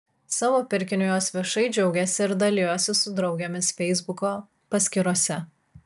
savo pirkiniu jos viešai džiaugėsi ir dalijosi su draugėmis feisbuko paskyrose